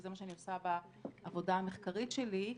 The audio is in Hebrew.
וזה מה שאני עושה בעבודה המחקרית שלי,